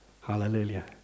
Hallelujah